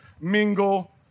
mingle